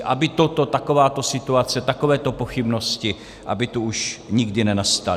Aby toto, takováto situace, takového pochybnosti, aby tu už nikdy nenastaly.